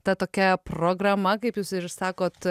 ta tokia programa kaip jūs ir sakot